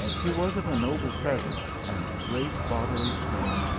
he was of a noble presence and great bodily strength,